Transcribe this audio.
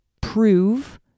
prove